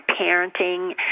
parenting